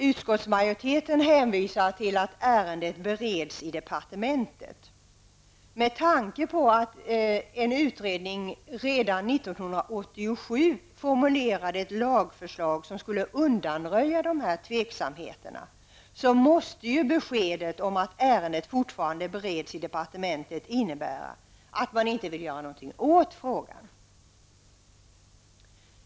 Utskottsmajoriteten hänvisar till att ärendet bereds i departementet. Med tanke på att en utredning redan 1987 formulerade ett lagförslag som skulle undanröja tvivelaktigheterna, måste beskedet att ärendet fortfarande bereds i departementet innebära att man inte vill göra något åt frågan.